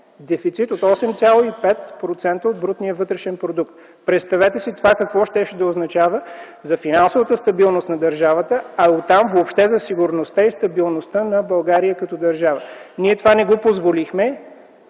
дефицит от 8,5% от брутния вътрешен продукт. Представете си това какво щеше да означава за финансовата стабилност на държавата, а от там въобще за сигурността и стабилността на България като държава. Ние това не го позволихме.